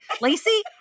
Lacey